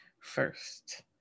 first